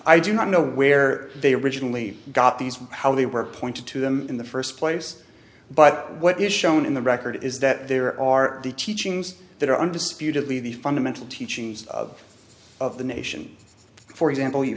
i do not know where they originally got these how they were appointed to them in the first place but what is shown in the record is that there are the teachings that are undisputedly the fundamental teachings of of the nation for example you